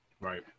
Right